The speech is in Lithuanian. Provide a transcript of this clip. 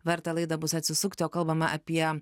verta laidą bus atsisukti o kalbame apie